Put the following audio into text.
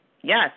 yes